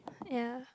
ya